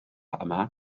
yma